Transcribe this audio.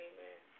Amen